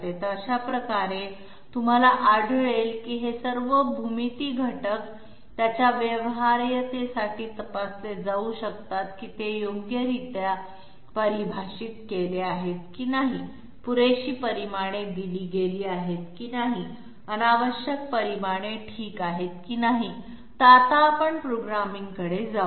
तर अशा प्रकारे तुम्हाला आढळेल की हे सर्व भूमिती घटक त्यांच्या व्यवहार्यतेसाठी तपासले जाऊ शकतात की ते योग्यरित्या परिभाषित केले आहेत की नाही पुरेशी परिमाणे दिली गेली आहेत की नाही अनावश्यक परिमाणे ठीक आहेत की नाही तर आता आपण प्रोग्रामिंगकडे जाऊ या